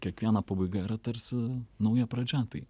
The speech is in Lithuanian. kiekviena pabaiga yra tarsi nauja pradžia tai